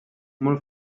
molt